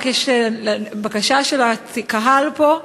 רק שיש בקשה של הקהל פה,